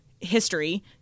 history